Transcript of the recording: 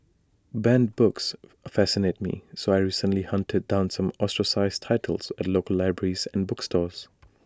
banned books fascinate me so I recently hunted down some ostracised titles at local libraries and bookstores